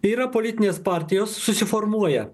yra politinės partijos susiformuoja